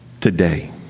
today